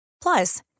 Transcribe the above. Plus